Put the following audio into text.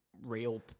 real